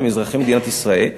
הם אזרחי מדינת ישראל,